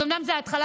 אז אומנם זה התחלה,